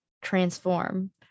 transform